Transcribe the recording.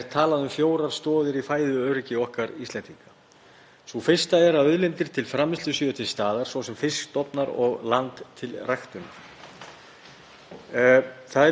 Það er bara mjög mikilvægt að við áttum okkur á að undir þessum lið erum við með fiskstofnana okkar sem eru sterkir og